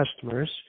customers